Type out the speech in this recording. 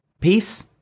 Peace